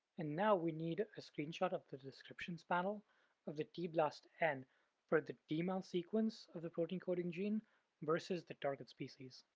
and now we need a screenshot of the descriptions panel of the tblastn and for the d. mel sequence of the protein coding gene versus the target species,